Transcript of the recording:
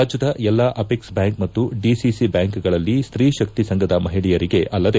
ರಾಜ್ಯದ ಎಲ್ಲಾ apex bank ಮತ್ತು ಡಿಸಿ ಬ್ಬಾಂಕ್ಗಳಲ್ಲಿ ಸ್ತೀಶಕ್ತಿ ಸಂಘದ ಮಹಿಳೆಯರಿಗೆ ಅಲ್ಲದೆ